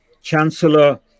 Chancellor